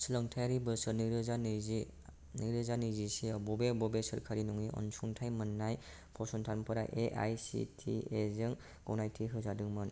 सोलोंथायारि बोसोर नैरोजा नैजि नैरोजा नैजिसेआव बबे बबे सोरखारि नङि अनसुंथाइ मोन्नाय फसंथानफोरा एआइसिटिएजों गनायथि होजादोंमोन